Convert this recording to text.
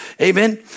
Amen